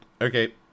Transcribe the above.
Okay